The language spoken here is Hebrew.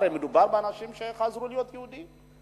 הרי מדובר באנשים שחזרו להיות יהודים,